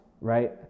right